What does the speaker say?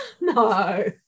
No